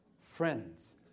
Friends